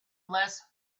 less